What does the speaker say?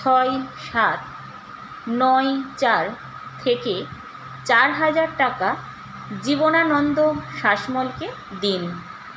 ছয় সাত নয় চার থেকে চার হাজার টাকা জীবনানন্দ শাসমলকে দিন